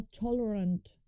tolerant